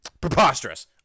Preposterous